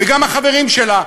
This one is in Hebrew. וגם החברים שלה,